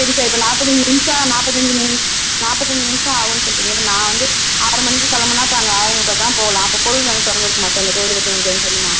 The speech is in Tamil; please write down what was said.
சரி சார் இப்போ நாற்பத்தஞ்சி நிமிஷம் நாற்பத்தஞ்சி நாற்பத்தஞ்சி நிமிஷம் ஆகுன்னு சொல்லுறிங்க இப்போ நான் வந்து ஆறு மணிக்கு கிளம்புனா இப்போ அங்கே ஆறே முக்காக்கு தான் போகலாம் அப்போ கோவில் வந்து திறந்துருக்குமா சார் அந்த கோவிலை பற்றி உங்களுக்கு எதாவது தெரியுமா